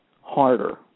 harder